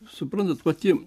suprantat pati